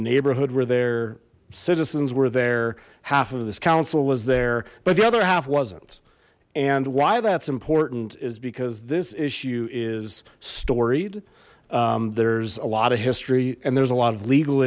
the neighborhood were there citizens were there half of this council was there but the other half wasn't and why that's important is because this issue is storied there's a lot of history and there's a lot of legal